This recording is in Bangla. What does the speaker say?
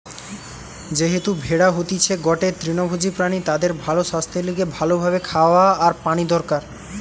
যেহেতু ভেড়া হতিছে গটে তৃণভোজী প্রাণী তাদের ভালো সাস্থের লিগে ভালো ভাবে খাওয়া আর পানি দরকার